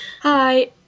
Hi